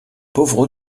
pauvre